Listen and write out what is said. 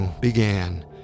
began